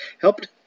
helped